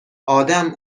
ادم